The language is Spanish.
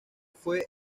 fue